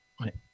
right